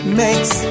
makes